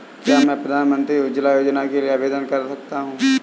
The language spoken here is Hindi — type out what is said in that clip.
क्या मैं प्रधानमंत्री उज्ज्वला योजना के लिए आवेदन कर सकता हूँ?